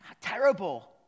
terrible